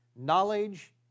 Knowledge